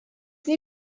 nie